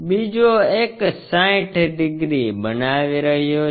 બીજો એક 60 ડિગ્રી બનાવી રહ્યો છે